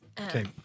Okay